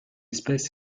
espèce